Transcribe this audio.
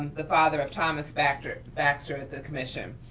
the father of thomas baxter baxter at the commission.